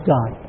God